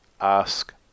ask